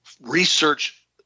research